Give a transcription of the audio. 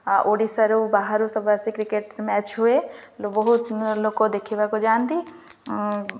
ଓଡ଼ିଶାରୁ ବାହାରୁ ସବୁ ଆସି କ୍ରିକେଟ୍ ମ୍ୟାଚ୍ ହୁଏ ବହୁତ ଲୋକ ଦେଖିବାକୁ ଯାଆନ୍ତି